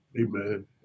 Amen